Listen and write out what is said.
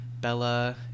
Bella